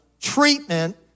treatment